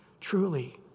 Truly